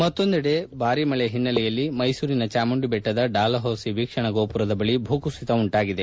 ಮತ್ತೊಂದೆಡೆ ಭಾರಿ ಮಳೆ ಹಿನ್ನೆಲೆಯಲ್ಲಿ ಜಾಮುಂಡಿ ಬೆಟ್ಟದ ಡಾಲ್ ಹೌಸಿ ವೀಕ್ಷಣಾ ಗೋಮರದ ಬಳಿ ಭೂ ಕುಸಿತ ಉಂಟಾಗಿದೆ